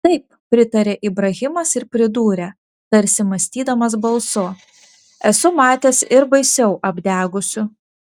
taip pritarė ibrahimas ir pridūrė tarsi mąstydamas balsu esu matęs ir baisiau apdegusių